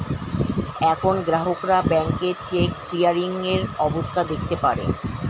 এখন গ্রাহকরা ব্যাংকে চেক ক্লিয়ারিং এর অবস্থা দেখতে পারে